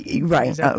Right